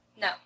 No